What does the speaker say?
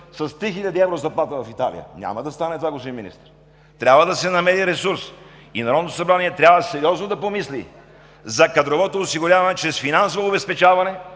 с 3000 евро заплата в Италия. Няма да стане това, господин Министър! Трябва да се намери ресурс и Народното събрание трябва сериозно да помисли за кадровото осигуряване чрез финансово обезпечаване